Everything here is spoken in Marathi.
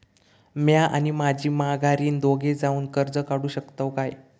म्या आणि माझी माघारीन दोघे जावून कर्ज काढू शकताव काय?